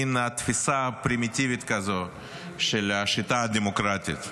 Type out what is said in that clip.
מין תפיסה פרימיטיבית כזאת של השיטה הדמוקרטית.